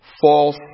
false